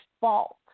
fault